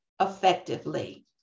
effectively